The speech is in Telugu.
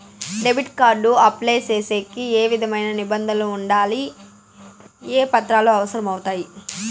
డెబిట్ కార్డు అప్లై సేసేకి ఏ విధమైన నిబంధనలు ఉండాయి? ఏ పత్రాలు అవసరం అవుతాయి?